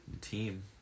team